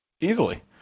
Easily